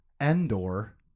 Endor